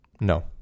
No